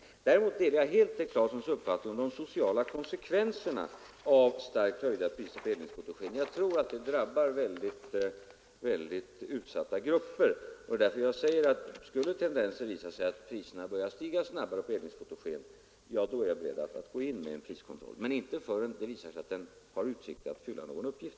Däremot delar jag helt herr Claesons uppfattning om de sociala konsekvenserna av starkt höjda priser på eldningsfotogen. Jag tror att dessa höjningar drabbar starkt utsatta grupper. Det är därför jag i svaret anför att jag är beredd att gå in med priskontroll om tendenser skulle uppstå till att priserna börjar stiga snabbt på eldningsfotogen. Men jag är inte beredd att göra det förrän den visar sig kunna fylla någon uppgift.